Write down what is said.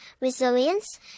resilience